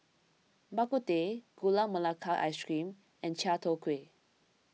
Bak Kut Teh Gula Melaka Ice Cream and Chai Tow Kway